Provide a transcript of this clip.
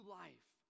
life